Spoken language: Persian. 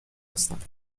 هستند